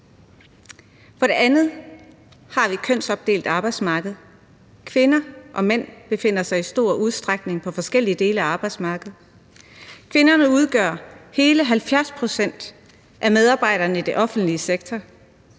For det andet har vi et kønsopdelt arbejdsmarked, hvor mænd og kvinder i stor udstrækning befinder sig på forskellige dele af arbejdsmarkedet. Kvinderne udgør hele 70 pct. af medarbejderne i den offentlige sektor,